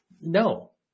no